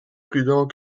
prudents